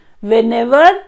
whenever